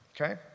Okay